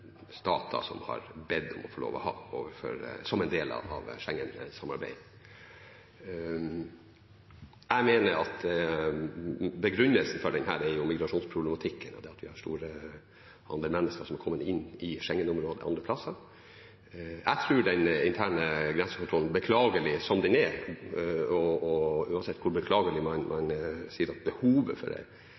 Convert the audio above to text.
stater bedt om å få lov til å ha, som en del av Schengen-samarbeidet. Jeg mener begrunnelsen for dette er migrasjonsproblematikken og det at vi har store andeler mennesker som kommer inn i Schengen-området andre steder. Jeg tror den interne grensekontrollen er beklagelig som den er, men uansett hvor beklagelig man sier at behovet for den er, så har det